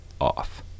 off